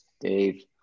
Dave